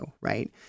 right